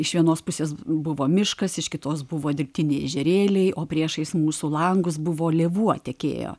iš vienos pusės buvo miškas iš kitos buvo dirbtiniai ežerėliai o priešais mūsų langus buvo lėvuo tekėjo